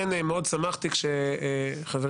מאוד שמחתי כשחברי,